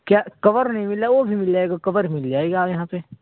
کیا کور نہیں مل رہا وہ بھی مل جائے گا کور مل جائے گا آؤ یہاں پہ